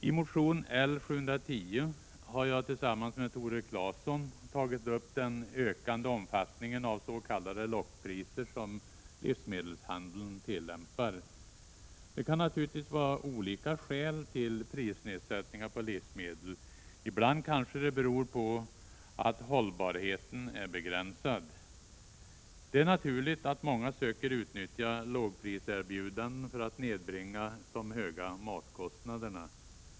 I motion L710 har jag tillsammans med Tore Claeson tagit upp den ökande omfattning av s.k. lockpriser som livsme” Alshandeln tillämpar. Det kan naturligtvis vara olika skäl till prisnedsät "ngar på livsmedel. Ibland kanske det beror på att hållbarheten är begränsad. Det är naturligt att många söker utnyttja lågpriserbjudanden för att nedbringa de höga matkostnaderna.